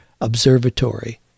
observatory